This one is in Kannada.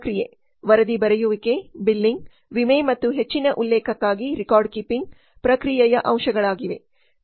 ಪ್ರಕ್ರಿಯೆ ವರದಿ ಬರೆಯುವಿಕೆ ಬಿಲ್ಲಿಂಗ್ ವಿಮೆ ಮತ್ತು ಹೆಚ್ಚಿನ ಉಲ್ಲೇಖಕ್ಕಾಗಿ ರೆಕಾರ್ಡ್ ಕೀಪಿಂಗ್ ಪ್ರಕ್ರಿಯೆಯ ಅಂಶಗಳಾಗಿವೆ